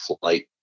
flight